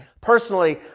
Personally